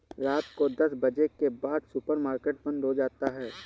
रात को दस बजे के बाद सुपर मार्केट बंद हो जाता है